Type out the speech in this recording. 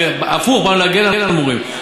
הפוך, באנו להגן על מורים.